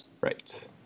right